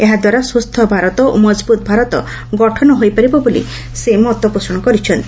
ଏହାଦ୍ୱାରା ସୁସ୍ଥ ଭାରତ ଓ ମଜବୁତ ଭାରତ ଗଠନ ହୋଇପାରିବ ବୋଲି ସେ ମତ ଦେଇଛନ୍ତି